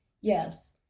Yes